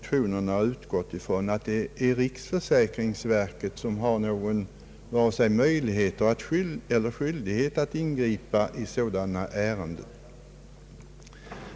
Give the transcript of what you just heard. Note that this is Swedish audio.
Riksförsäkringsverket har inte — vilket motionen utgått från — vare sig möjlighet eller skyldighet att ingripa i sådana ärenden.